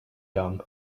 gum